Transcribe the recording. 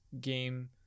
game